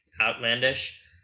outlandish